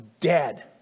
dead